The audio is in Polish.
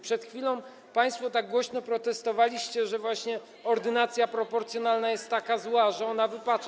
Przed chwilą państwo tak głośno protestowaliście, że właśnie ordynacja proporcjonalna jest taka zła, że ona wypacza.